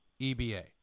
EBA